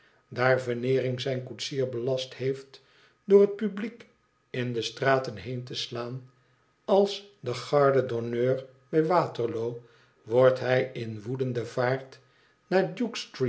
daar veneering zijn koetsier belast heeft door het publiek in de straten heen te slaan als de garde d'honneur bij waterloo wordt hij in woedende vaart naar